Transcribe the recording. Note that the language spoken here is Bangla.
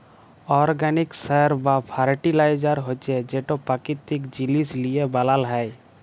অরগ্যানিক সার বা ফার্টিলাইজার হছে যেট পাকিতিক জিলিস লিঁয়ে বালাল হ্যয়